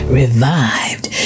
revived